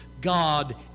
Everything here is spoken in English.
God